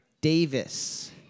Davis